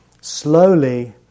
Slowly